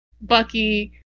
Bucky